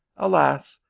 alas,